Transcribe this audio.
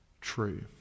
true